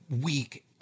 week